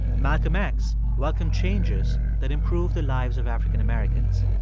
malcolm x welcomed changes that improved the lives of african-americans.